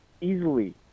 easily